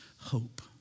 hope